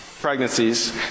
pregnancies